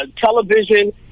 television